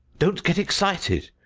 don't get excited!